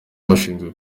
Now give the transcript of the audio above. bashinzwe